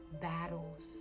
battles